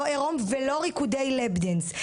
לא עירום ולא ריקודי "לאפ דאנס",